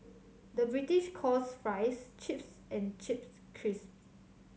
the British calls fries chips and chips crisp